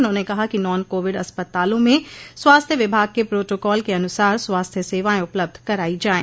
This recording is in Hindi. उन्होंने कहा कि नॉन कोविड अस्पतालों में स्वास्थ्य विभाग के प्रोटोकाल के अनुसार स्वास्थ्य सेवाएं उपलब्ध कराई जाये